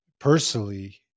personally